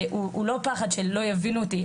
הוא לא פחד של לא יבינו אותי,